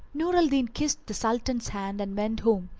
nur al-din kissed the sultan's hand and went home,